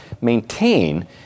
maintain